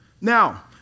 Now